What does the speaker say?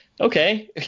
okay